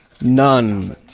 none